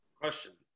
Question